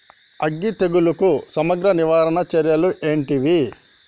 అగ్గి తెగులుకు సమగ్ర నివారణ చర్యలు ఏంటివి?